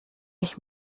ich